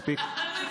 מספיק.